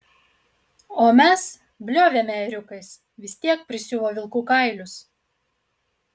o mes bliovėme ėriukais vis tiek prisiuvo vilkų kailius